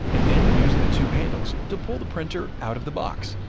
and then use the two handles to pull the printer out of the box.